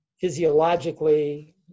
physiologically